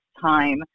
time